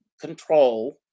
control